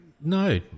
no